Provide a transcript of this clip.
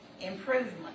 improvement